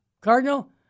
Cardinal